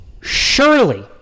surely